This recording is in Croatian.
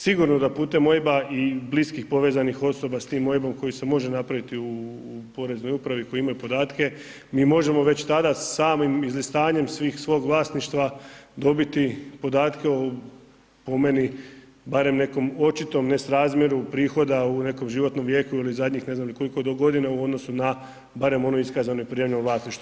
Sigurno da putem OIB-a i bliskih povezanih osoba s tim OIB-om koji se može napraviti u Poreznoj upravi koji imaju podatke, mi možemo već tada samim izlistanjem svih svog vlasništva dobiti podatke o po meni barem nekom očitom nesrazmjeru prihoda u nekom životnom vijeku ili zadnjih ne znam ni koliko godina u odnosu na barem ono iskazano i prijavljeno vlasništvo.